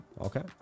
Okay